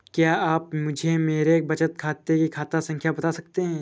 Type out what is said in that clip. क्या आप मुझे मेरे बचत खाते की खाता संख्या बता सकते हैं?